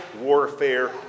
warfare